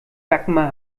dagmar